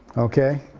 okay?